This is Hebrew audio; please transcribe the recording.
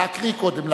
להקריא קודם,